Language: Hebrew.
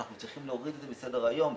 אנחנו צריכים להוריד אותה מסדר היום.